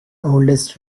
oldest